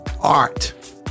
art